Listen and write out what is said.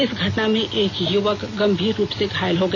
इस घटना में एक युवक गंभीर रूप से घायल हो गया